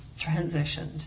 transitioned